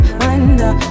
wonder